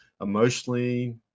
emotionally